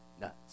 nuts